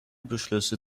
beschlüsse